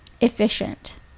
efficient